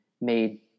made